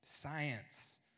science